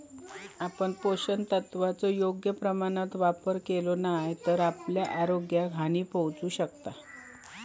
आपण पोषक तत्वांचो योग्य प्रमाणात वापर केलो नाय तर आपल्या आरोग्याक हानी पोहचू शकता